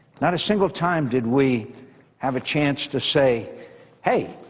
not a single time did we have a chance to say hey,